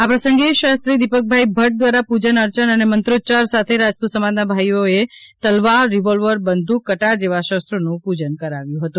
આ પ્રસંગે શાસ્ત્રી દિપકભાઈ ભદ્દ દ્વારા પૂજન અર્ચન અને મંત્રોચ્યાર સાથે રાજપૂત સમાજના ભાઈઓને તલવાર રિવોલ્વર બંધુક કટાર જેવા શસ્ત્રોનું પૂજન કરાવ્યુ હતું